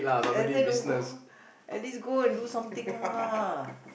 and then who go at least go and do something lah